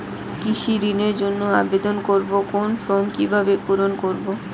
কৃষি ঋণের জন্য আবেদন করব কোন ফর্ম কিভাবে পূরণ করব?